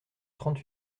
trente